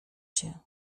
się